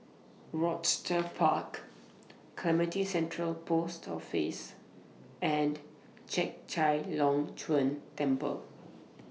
Rochester Park Clementi Central Post Office and Chek Chai Long Chuen Temple